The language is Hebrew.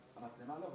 אשתדל לא לחזור.